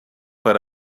per